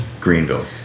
Greenville